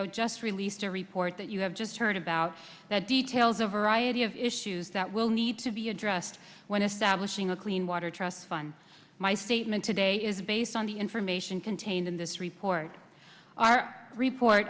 o just released a report that you have just heard about the details of variety of issues that will need to be addressed when establishing a clean water trust fund my statement today is based on the information contained in this report our report